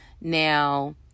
now